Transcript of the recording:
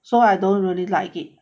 so I don't really like it